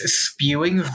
spewing